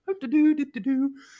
Do-do-do-do-do